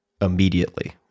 immediately